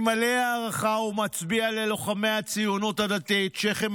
אני מלא הערכה ומצדיע ללוחמי הציונות הדתית שמסתערים שכם